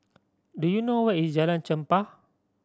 do you know where is Jalan Chempah